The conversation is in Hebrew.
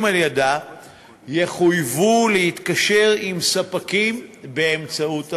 על-ידה יחויבו להתקשר עם ספקים באמצעות המייל.